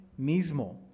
mismo